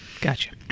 Gotcha